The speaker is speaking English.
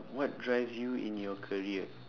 what drives you in your career